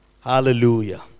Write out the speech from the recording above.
Hallelujah